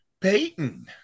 Peyton